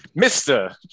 Mr